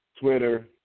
Twitter